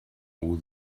all